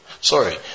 Sorry